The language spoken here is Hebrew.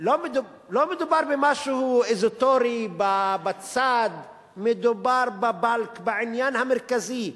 לא מדובר במשהו אזוטרי, בצד, מדובר בעניין המרכזי,